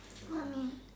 what mean